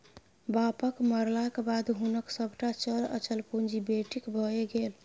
बापक मरलाक बाद हुनक सभटा चल अचल पुंजी बेटीक भए गेल